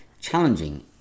challenging